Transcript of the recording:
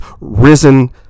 risen